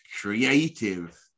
creative